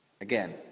Again